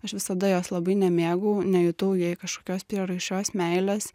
aš visada jos labai nemėgau nejutau jai kažkokios prieraišios meilės